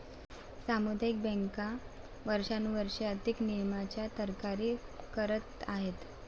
सामुदायिक बँका वर्षानुवर्षे अति नियमनाच्या तक्रारी करत आहेत